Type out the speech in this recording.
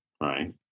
Right